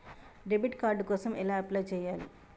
Debit card కోసం ఎలా apply చేయాలి?